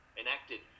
enacted